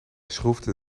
schroefde